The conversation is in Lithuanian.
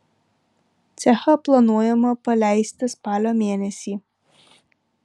cechą planuojama paleisti spalio mėnesį